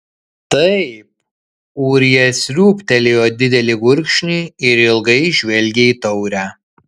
taip ūrija sriūbtelėjo didelį gurkšnį ir ilgai žvelgė į taurę